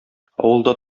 авылда